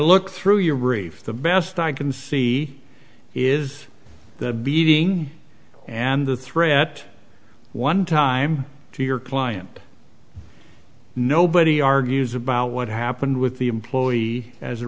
looked through your brief the best i can see is that beating and the threat one time to your client nobody argues about what happened with the employee as